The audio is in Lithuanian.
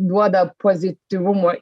duoda pozityvumui